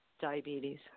diabetes